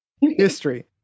history